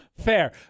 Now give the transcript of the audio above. Fair